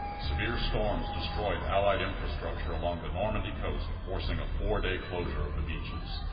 severe storms destroyed allied infrastructure along the normandy coast forcing a four-day closure of the beaches.